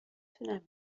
تونم